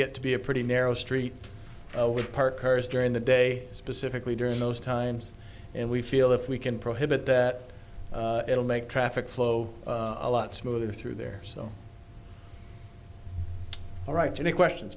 get to be a pretty narrow street with parked cars during the day specifically during those times and we feel if we can prohibit that it'll make traffic flow a lot smoother through there so all right any questions